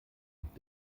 und